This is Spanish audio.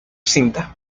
cinta